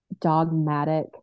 dogmatic